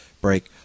break